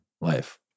life